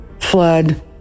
flood